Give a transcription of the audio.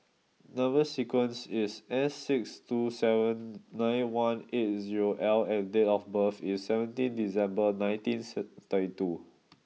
number sequence is S six two seven nine one eight zero L and date of birth is seventeen December nineteen seed thirty two